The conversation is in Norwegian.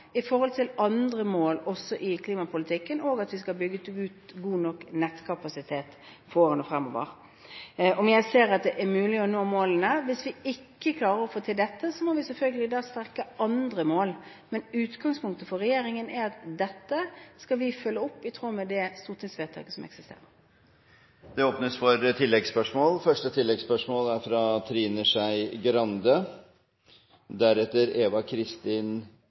i forhold til andre mål i klimapolitikken, og også at det skal bygges ut god nettkapasitet i for årene fremover. Så til dette om jeg ser det er mulig å nå målene. Hvis vi ikke klarer å få til dette, må vi selvfølgelig strekke andre mål. Men utgangspunktet for regjeringen er at dette skal vi følge opp, i tråd med det stortingsvedtaket som eksisterer. Det åpnes for oppfølgingsspørsmål – først Trine Skei Grande.